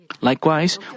Likewise